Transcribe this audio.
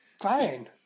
Fine